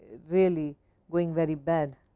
really going very bad.